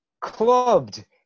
clubbed